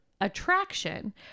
attraction